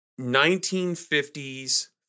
1950s